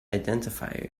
identifiers